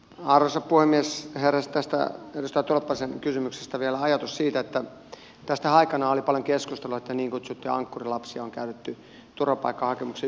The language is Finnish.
heräsi tästä edustaja tolppasen kysymyksestä vielä ajatus siitä että tästähän aikanaan oli paljon keskustelua että niin kutsuttuja ankkurilapsia on käytetty turvapaikkahakemuksen yhteydessä